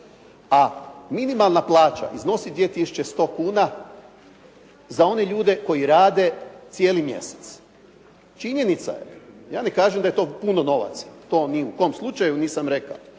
a minimalna plaća iznosi 2100 kuna za one ljude koji rade cijeli mjesec. Činjenica je, ja ne kažem da je to puno novaca. To ni u kom slučaju nisam rekao